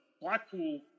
Blackpool